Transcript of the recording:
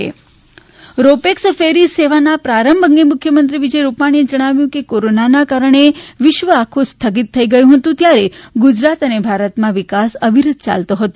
મુખ્યમંત્રી Mansukh Mandaviya ro pax ferry સેવાના પ્રારંભ અંગે મુખ્યમંત્રી વિજય રૂપાણીએ જણાવ્યું છે કે કોરોનાના કારણે વિશ્વ આખુ સ્થગિત થઈ ગયું હતું ત્યારે ગુજરાત અને ભારતમાં વિકાસ અવિરત યાલતો હતો